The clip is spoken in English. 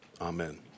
Amen